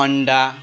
अन्डा